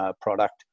product